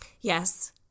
Yes